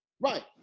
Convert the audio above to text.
Right